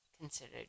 considered